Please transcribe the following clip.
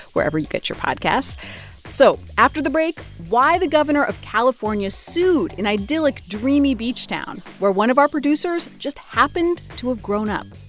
wherever you get your podcasts so after the break, why the governor of california sued an idyllic, dreamy beach town where one of our producers just happens to have grown up